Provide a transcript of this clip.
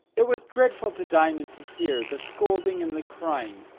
it was dreadful to diamond to hear the scolding and the crying.